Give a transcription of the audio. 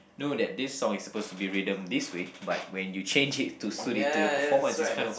know that this song is supposed to be rhythm this way but when you change it to suit it to your performance it's kind of a